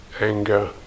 anger